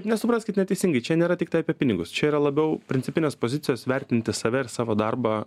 nesupraskit neteisingai čia nėra tiktai apie pinigus čia yra labiau principinės pozicijos vertinti save ir savo darbą